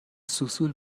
سوسول